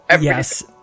Yes